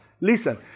Listen